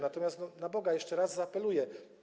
Natomiast - na Boga! - jeszcze raz zaapeluję: